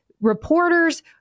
reporters